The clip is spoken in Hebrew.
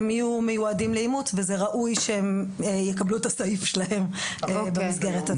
הם יהיו מיועדים לאימוץ וזה ראוי שהם יקבלו את הסעיף שלהם במסגרת הזאת.